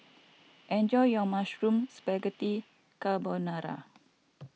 enjoy your Mushroom Spaghetti Carbonara